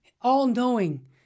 all-knowing